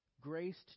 graced